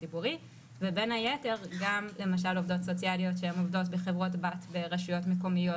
כל התוספות היו על ותק ודרגות בטייס אוטומטי,